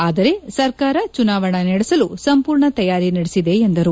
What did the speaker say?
ಆದರೆ ಸರ್ಕಾರ ಚುನಾವಣಾ ನಡೆಸಲು ಸಂಪೂರ್ಣ ತಯಾರಿ ನಡೆಸಿದೆ ಎಂದರು